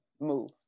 move